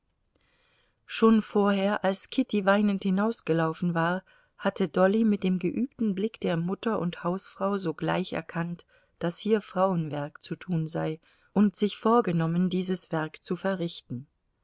schon vorher als kitty weinend hinausgelaufen war hatte dolly mit dem geübten blick der mutter und hausfrau sogleich erkannt daß hier frauenwerk zu tun sei und sich vorgenommen dieses werk zu verrichten